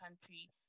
country